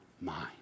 mind